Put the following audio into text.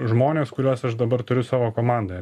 žmonės kuriuos aš dabar turiu savo komandoje